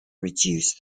reduce